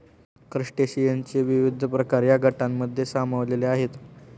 क्रस्टेशियनचे विविध प्रकार या गटांमध्ये सामावलेले आहेत